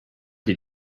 did